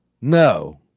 no